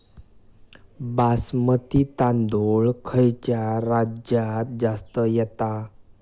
बासमती तांदूळ खयच्या राज्यात जास्त येता?